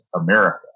America